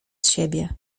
siebie